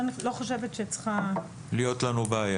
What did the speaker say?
לא צריכה להיות בעיה.